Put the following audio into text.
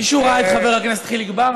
מישהו ראה את חבר הכנסת חיליק בר?